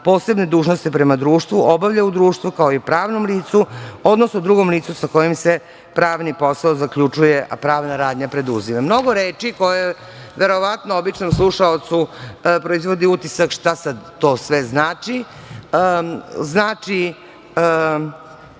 posebne dužnosti prema društvu, obavlja u društvu kao i pravnom licu, odnosno drugom licu sa kojim se pravni posao zaključuje, a pravna radnja preduzima. Mnogo je reči koje, verovatno, običnom slušaocu proizvodi utisak – šta sad to sve znači. Znači,